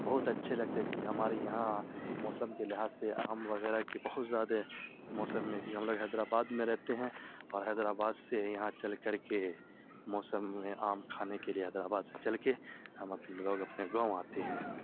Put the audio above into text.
بہت اچھے لگتے ہیں کیونکہ ہمارے یہاں موسم کے لحاظ سے آم وغیرہ کے بہت زیادہ موسم میں کینوکہ ہم لوگ حیدرآباد میں رہتے ہیں اور حیدرآباد سے یہاں چل کر کے موسم میں آم کھانے کے لیے حیدرآباد سے چل کے ہم اپنے لوگ اپنے گاؤں آتے ہیں